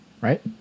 right